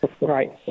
Right